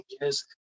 Yes